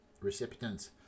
recipients